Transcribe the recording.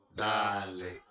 dale